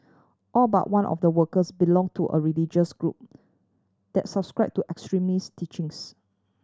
all but one of the workers belonged to a religious group that subscribed to extremist teachings